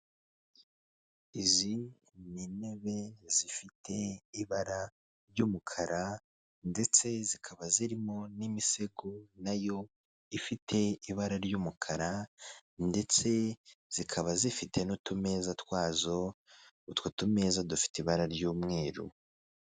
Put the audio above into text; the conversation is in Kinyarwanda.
Izi ni intebe zifite ibara ry'umukara ndetse zikaba zirimo n'imisego nayo ifite ibara ry'umukara ndetse zikaba zifite n'utumeza twazo, utwo tumeza dufite ibara ry'umweru.